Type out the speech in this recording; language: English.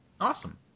Awesome